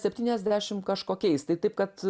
septyniasdešimt kažkokiais tai taip kad